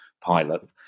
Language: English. pilot